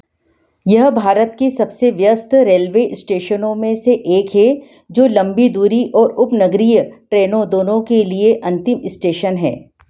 यह भारत के सबसे व्यस्त रेलवे स्टेशनों में से एक है जो लंबी दूरी और उपनगरीय ट्रेनों दोनों के लिए अंतिम स्टेशन है